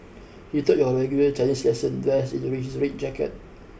he taught your regular Chinese lesson dressed in his red jacket